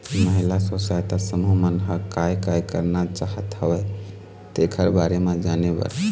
महिला स्व सहायता समूह मन ह काय काय करना चाहत हवय तेखर बारे म जाने बर